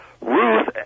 ruth